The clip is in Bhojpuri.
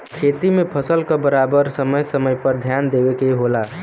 खेती में फसल क बराबर समय समय पर ध्यान देवे के होला